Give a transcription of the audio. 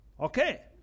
Okay